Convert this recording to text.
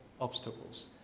obstacles